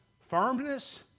firmness